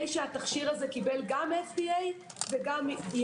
שהתכשיר קיבל גם FDA וקיבל גם- --,